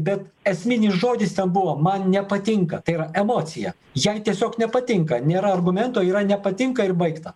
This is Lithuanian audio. bet esminis žodis ten buvo man nepatinka tai yra emocija jai tiesiog nepatinka nėra argumento yra nepatinka ir baigta